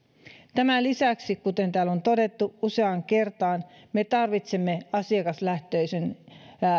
tämän lisäksi kuten täällä on todettu useaan kertaan me tarvitsemme asiakaslähtöisen